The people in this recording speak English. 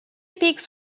peaks